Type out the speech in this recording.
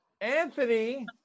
Anthony